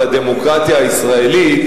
על הדמוקרטיה הישראלית,